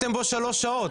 שלוש שעות.